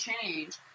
change